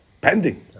pending